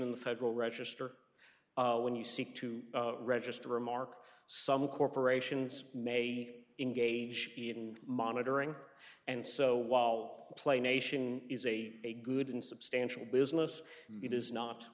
in the federal register when you seek to register a remark some corporations may engage in monitoring and so while play nation is a a good and substantial business